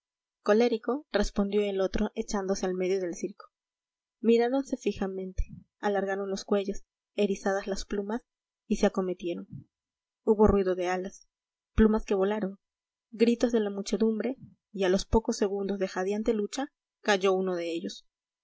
colérico respondió el otro echándose al medio del circo miráronse fijamente alargaron los cuellos erizadas las plumas y se acometieron hubo ruido de alas plumas que volaron gritos de la muchedumbre y a los pocos segundos de jadeante lucha cayó uno de ellos